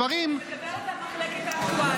דברים --- אני מדברת על מחלקת האקטואליה.